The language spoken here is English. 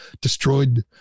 destroyed